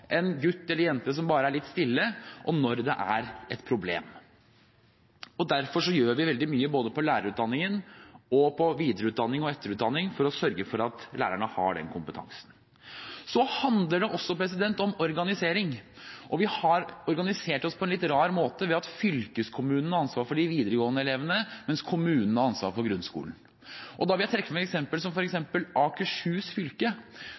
en gutt eller jente bare er litt stille, og det at det er et problem. Derfor gjør vi veldig mye både innen lærerutdanningen og innen videre- og etterutdanning for å sørge for at lærerne har den kompetansen. Det handler også om organisering. Vi har organisert oss på en litt rar måte ved at fylkeskommunene har ansvar for de videregående elevene, mens kommunene har ansvar for grunnskolen. Her vil jeg trekke frem som eksempel Akershus fylke, som